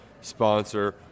sponsor